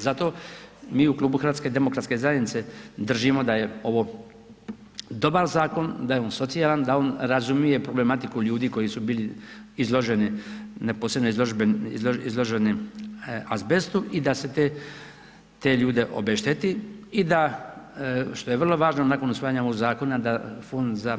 Zato mi u Klubu HDZ-a držimo da je ovo dobar zakon, da je on socijalan, da on razumije problematiku ljudi koji su bili izloženi, neposredno izloženi azbestu i da se te ljude obešteti i da, što je vrlo važno nakon usvajanja ovog zakona da, Fond za